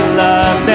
love